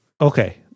okay